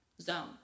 zone